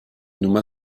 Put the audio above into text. nummer